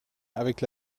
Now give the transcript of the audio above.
avec